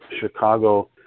Chicago